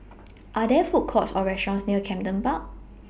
Are There Food Courts Or restaurants near Camden Park